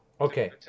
Okay